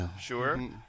sure